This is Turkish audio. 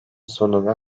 sonuna